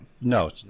No